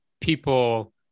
people